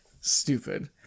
stupid